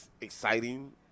exciting